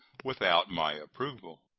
without my approval.